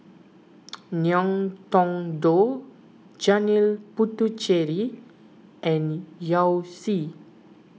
Ngiam Tong Dow Janil Puthucheary and Yao Zi